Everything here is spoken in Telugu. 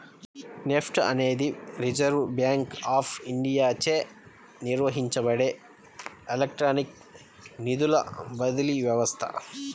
నెఫ్ట్ అనేది రిజర్వ్ బ్యాంక్ ఆఫ్ ఇండియాచే నిర్వహించబడే ఎలక్ట్రానిక్ నిధుల బదిలీ వ్యవస్థ